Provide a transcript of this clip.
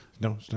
No